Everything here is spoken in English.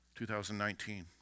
2019